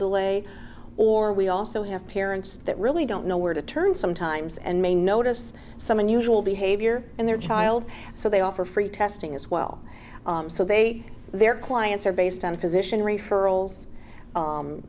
delay or we also have parents that really don't know where to turn sometimes and may notice some unusual behavior in their child so they offer free testing as well so they their clients are based on a physician referrals